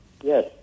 Yes